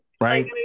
right